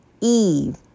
Eve